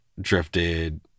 drifted